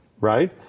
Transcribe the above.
right